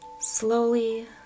Slowly